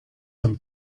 them